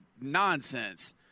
nonsense